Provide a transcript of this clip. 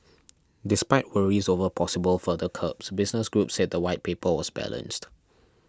despite worries over possible further curbs business groups said the White Paper was balanced